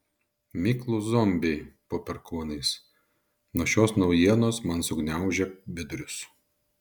miklūs zombiai po perkūnais nuo šios naujienos man sugniaužė vidurius